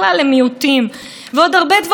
ופה אולי אני מגיעה לשקר השלישי,